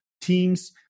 teams